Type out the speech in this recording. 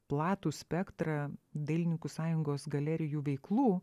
platų spektrą dailininkų sąjungos galerijų veiklų